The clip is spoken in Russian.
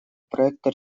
проекта